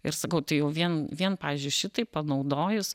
ir sakau tai jau vien vien pavyzdžiui šitai panaudojus